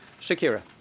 Shakira